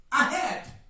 Ahead